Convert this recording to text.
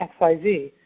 XYZ